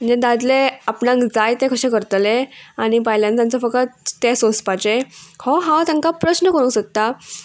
म्हणजे दादले आपणाक जाय तें कशे करतले आनी बायल्यांनी तांचो फकत तें सोंसपाचें हो हांव तांकां प्रश्न करूंक सोदतां